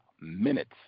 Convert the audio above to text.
minutes